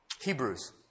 Hebrews